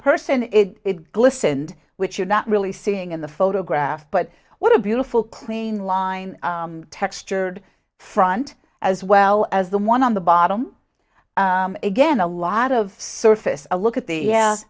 person it glistened which you're not really seeing in the photograph but what a beautiful clean line textured front as well as the one on the bottom again a lot of surface a look at the